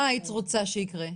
מה היית רוצה שיקרה?